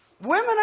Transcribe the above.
women